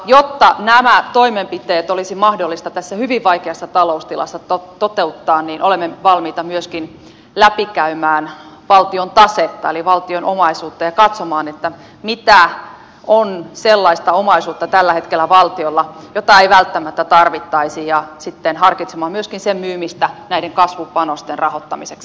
jotta nämä toimenpiteet olisi mahdollista tässä hyvin vaikeassa taloustilanteessa toteuttaa olemme valmiita myöskin läpikäymään valtion tasetta eli valtion omaisuutta ja katsomaan mitä sellaista omaisuutta tällä hetkellä valtiolla on jota ei välttämättä tarvittaisi ja sitten harkitsemaan myöskin sen myymistä näiden kasvupanosten rahoittamiseksi